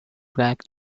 black